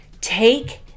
take